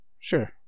sure